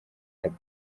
thabo